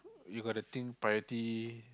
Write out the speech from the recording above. you got to think priority